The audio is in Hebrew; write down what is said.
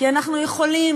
כי אנחנו יכולים.